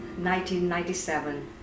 1997